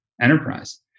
enterprise